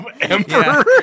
Emperor